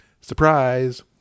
surprise